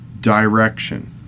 direction